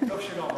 טוב שלא אמרת.